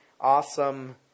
awesome